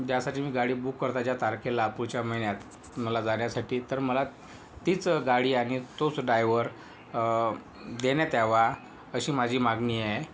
ज्यासाठी मी गाडी बुक करत आहे ज्या तारखेला पुढच्या महिन्यात मला जाण्यासाठी तर मला तीच गाडी आणि तोच डायव्हर देण्यात यावा अशी माझी मागणी आहे